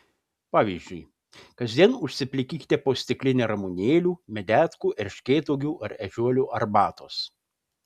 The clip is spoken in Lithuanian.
pavyzdžiui kasdien užsiplikykite po stiklinę ramunėlių medetkų erškėtuogių ar ežiuolių arbatos